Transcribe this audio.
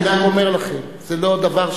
אני רק אומר לכם, זה לא דבר,